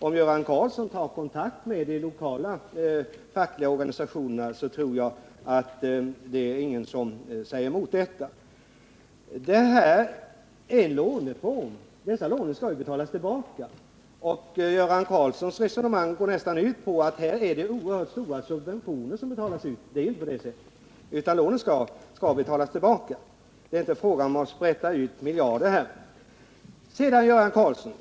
Om Göran Karlsson tar kontakt med de lokala fackliga organisationerna tror jag inte att det är någon som säger emot det. Detta är en låneform, och lånen skall betalas tillbaka. Göran Karlssons resonemang går nästan ut på att det är oerhört stora subventioner som här betalas ut. Men det är inte på det sättet, utan lånen skall betalas tillbaka. Det är inte fråga om att sprätta ut miljarder.